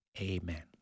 Amen